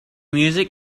music